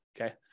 Okay